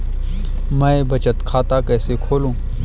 मैं बचत खाता कैसे खोलूं?